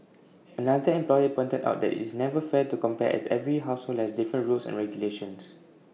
another employer pointed out that it's never fair to compare as every household has different rules and regulations